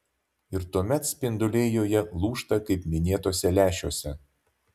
ir tuomet spinduliai joje lūžta kaip minėtuose lęšiuose